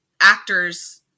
actors